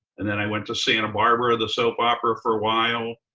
and then i went to santa barbara, the soap opera for a while.